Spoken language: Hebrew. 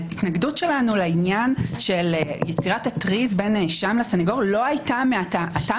ההתנגדות שלנו לעניין של יצירת הטריז בין- -- לסנגור הטעם